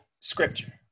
scripture